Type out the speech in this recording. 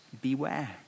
beware